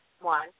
one